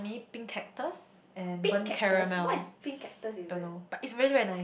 pink cactus what is pink cactus even